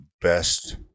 best